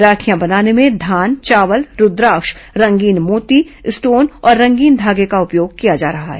राखियां बनाने में धान चावल रूद्राक्ष रंगीन मोती स्टोन और रंगीन धागे का उपयोग किया जा रहा है